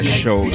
show